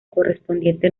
correspondiente